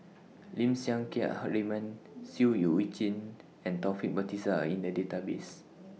Lim Siang Keat Raymond Seah EU Chin and Taufik Batisah Are in The Database